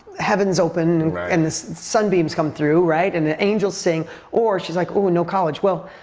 heavens open and the sunbeams come through, right? and the angels sing or she's like, oh, no college, well,